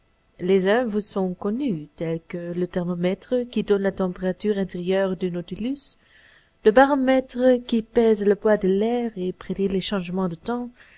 les uns vous sont connus tels que le thermomètre qui donne la température intérieure du nautilus le baromètre qui pèse le poids de l'air et prédit les changements de temps